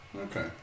Okay